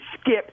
Skip